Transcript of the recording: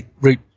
Route